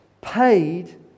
paid